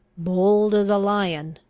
bold as a lion,